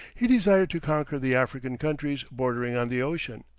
he desired to conquer the african countries bordering on the ocean.